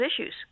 issues